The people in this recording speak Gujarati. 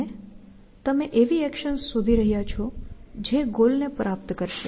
અને તમે એવી એક્શન્સ શોધી રહ્યા છો જે ગોલ ને પ્રાપ્ત કરશે